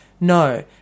no